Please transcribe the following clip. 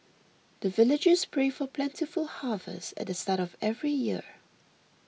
the villagers pray for plentiful harvest at the start of every year